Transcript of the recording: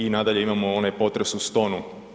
I nadalje imamo onaj potres u Stonu.